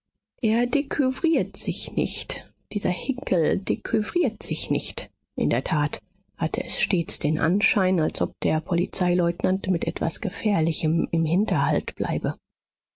er decouvriert sich nicht dieser hickel decouvriert sich nicht in der tat hatte es stets den anschein als ob der polizeileutnant mit etwas gefährlichem im hinterhalt bleibe